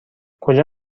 کجا